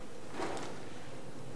יצחק כהן.